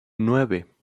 nueve